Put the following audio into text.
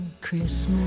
Christmas